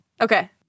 Okay